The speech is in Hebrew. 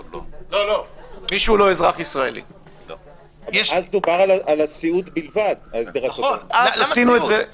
למה עשו את זה כך, רק עובדי סיעוד?